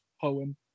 poem